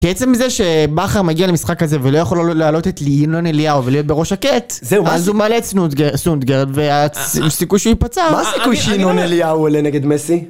בעצם זה שבכר מגיע למשחק כזה ולא יכול לעלות את לינון אליהו ולהיות בראש שקט זהו אז הוא מעלה את נותגרד והסיכוי שהוא ייפצע מה הסיכוי שלינון אליהו עולה נגד מסי?